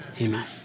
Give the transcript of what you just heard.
Amen